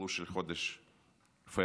בתלוש של חודש פברואר.